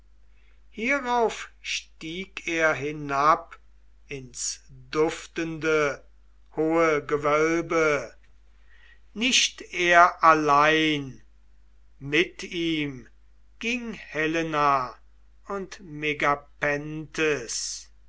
hierauf stieg er hinab ins duftende hohe gewölbe nicht er allein mit ihm ging helena und